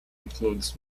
includes